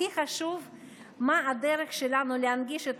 הכי חשוב זה מה הדרך שלנו להנגיש את